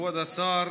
כבוד השר,